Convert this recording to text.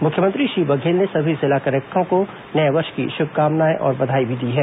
मुख्यमंत्री श्री बघेल ने सभी जिला कलेक्टरों को नये वर्ष की श्भकामनाएं और बधाई भी दी हैं